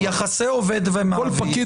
יחסי עובד ומעביד